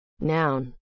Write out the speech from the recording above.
Noun